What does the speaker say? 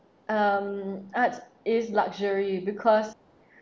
um arts is luxury because